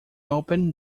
open